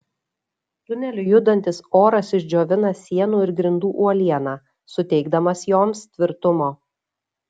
tuneliu judantis oras išdžiovina sienų ir grindų uolieną suteikdamas joms tvirtumo